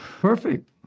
Perfect